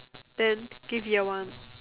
then give year one